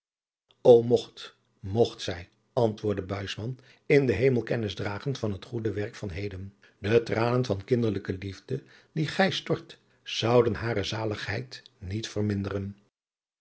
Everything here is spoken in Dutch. ô mogt mogt zij antwoordde buisman in den hemel kennis dragen van het goede werk van heden de tranen van kinderlijke liefde die gij stort zouden hare zaligheid niet verminderen